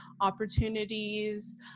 opportunities